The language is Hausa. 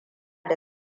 da